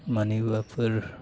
मानिबाफोर